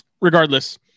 regardless